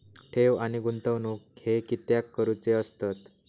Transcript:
ठेव आणि गुंतवणूक हे कित्याक करुचे असतत?